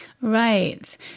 Right